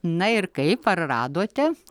na ir kaip ar radote